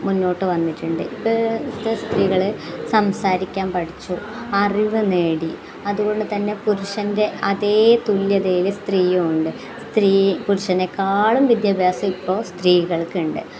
മുന്നോട്ട് വന്നിട്ടുണ്ട് ഇപ്പം ഇപ്പം സ്ത്രീകൾ സംസാരിക്കാൻ പഠിച്ചു അറിവ് നേടി അതുകൊണ്ട് തന്നെ പുരുഷൻ്റെ അതേ തുല്യതയിൽ സ്ത്രീയുണ്ട് സ്ത്രീ പുരുഷനെക്കാളും വിദ്യാഭ്യാസം ഇപ്പോൾ സ്ത്രീകൾക്കുണ്ട്